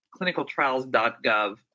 clinicaltrials.gov